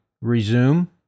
resume